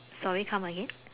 sorry come again